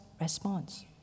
response